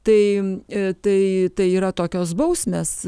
tai tai tai yra tokios bausmės